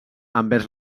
envers